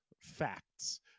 facts